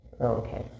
Okay